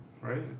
right